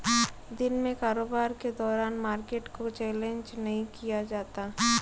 दिन में कारोबार के दौरान मार्केट को चैलेंज नहीं किया जाता